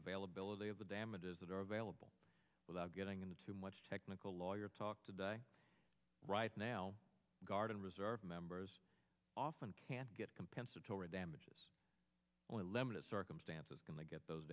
availability of the damages that are available without getting into too much technical lawyer talk today right now guard and reserve members often can't get compensatory damages only limited circumstances can they get those